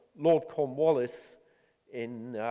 lord cornwallis in